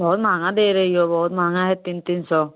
बहुत महंगा दे रही हो बहुत महंगा है तीन तीन सौ